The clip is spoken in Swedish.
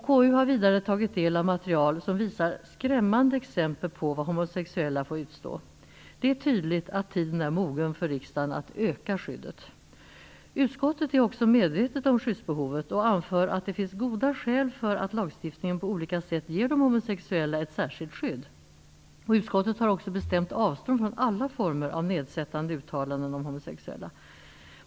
KU har vidare tagit del av material som visar skrämmande exempel på vad homosexuella får utstå. Det är tydligt att tiden är mogen för riksdagen att öka skyddet. I utskottet är man också medveten om skyddsbehovet och anför att det finns goda skäl för att lagstiftningen på olika sätt ger de homosexuella ett särskilt skydd. Utskottet tar också bestämt avstånd från alla former av nedsättande uttalanden om homosexuella.